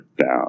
down